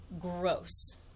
gross